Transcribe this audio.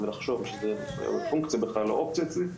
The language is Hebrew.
זה ולחשוב שזו פונקציה או אופציה אצלי.